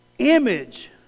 image